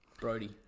Brody